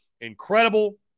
incredible